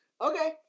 Okay